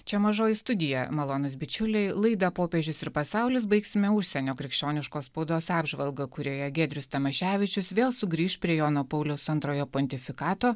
čia mažoji studija malonūs bičiuliai laidą popiežius ir pasaulis baigsime užsienio krikščioniškos spaudos apžvalga kurioje giedrius tamaševičius vėl sugrįš prie jono pauliaus antrojo pontifikato